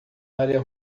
área